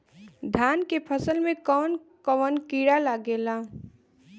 धान के फसल मे कवन कवन कीड़ा लागेला?